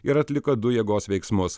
ir atliko du jėgos veiksmus